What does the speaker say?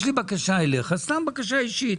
יש לי בקשה אישית אליך.